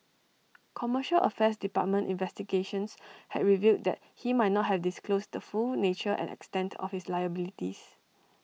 commercial affairs department investigations had revealed that he might not have disclosed the full nature and extent of his liabilities